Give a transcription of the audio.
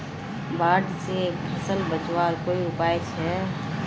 बाढ़ से फसल बचवार कोई उपाय छे?